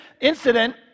incident